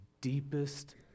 deepest